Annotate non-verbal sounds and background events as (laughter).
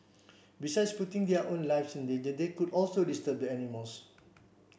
besides putting their own lives in (unintelligible) they could also disturb the animals